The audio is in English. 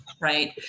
right